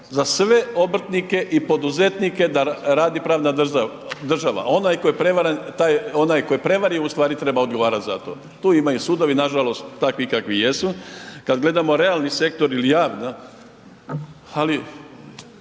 za sve obrtnike i poduzetnike da radi pravna država. Onaj tko je prevaren taj, oni koji je prevario ustvari treba odgovarati za to. Tu imaju sudovi nažalost takvi kakvi jesu. Kad gledamo realni sektor ili javni ali